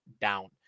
down